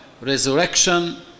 resurrection